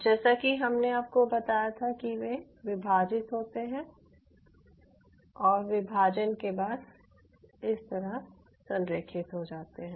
जैसा कि हमने आपको बताया था कि वे विभाजित होते हैं और विभाजन के बाद इस तरह संरेखित हो जाते हैं